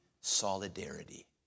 solidarity